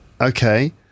okay